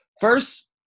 First